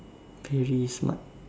very smart